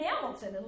Hamilton